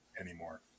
anymore